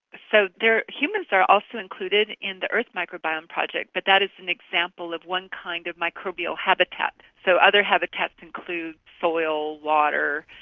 so humans are also included in the earth microbiome project but that is an example of one kind of microbial habitat. so other habitats include soil water,